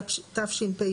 עכשיו אנחנו בסעיף התחילה,